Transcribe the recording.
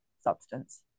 substance